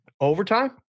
Overtime